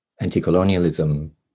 anti-colonialism